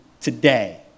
today